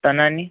टनानी